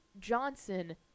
Johnson